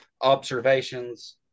observations –